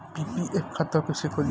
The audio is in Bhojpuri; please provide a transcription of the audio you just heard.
पी.पी.एफ खाता कैसे खुली?